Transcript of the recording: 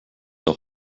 auch